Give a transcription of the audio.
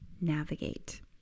navigate